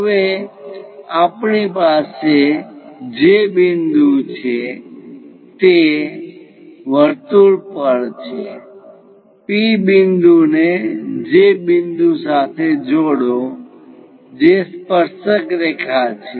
હવે આપણી પાસે J બિંદુ છે તે વર્તુળ પર છે P બિંદુ ને J બિંદુ સાથે જોડો જે સ્પર્શક રેખા છે